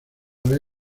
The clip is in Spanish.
vez